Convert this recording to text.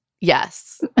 yes